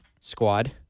squad